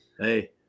Hey